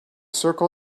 circle